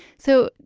so,